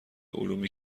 علومی